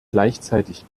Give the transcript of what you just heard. gleichzeitig